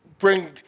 bring